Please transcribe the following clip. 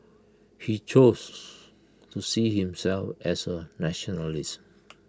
he chose to see himself as A nationalist